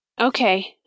Okay